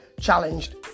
challenged